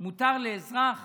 מותר לאזרח